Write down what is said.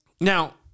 Now